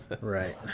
Right